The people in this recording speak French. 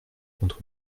contre